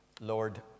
Lord